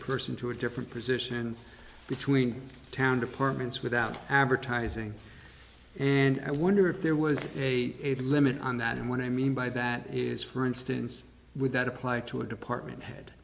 person to a different position between town departments without advertising and i wonder if there was a limit on that and what i mean by that is for instance would that apply to a department head